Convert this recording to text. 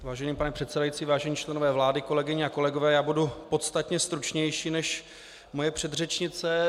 Vážený pane předsedající, vážení členové vlády, kolegyně a kolegové, já budu podstatně stručnější než moje předřečnice.